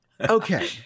okay